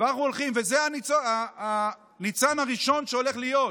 וזה הניצן הראשון שהולך להיות.